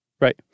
Right